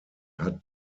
hatte